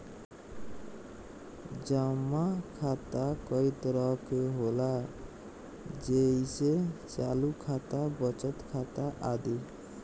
जमा खाता कई तरह के होला जेइसे चालु खाता, बचत खाता आदि